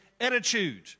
attitude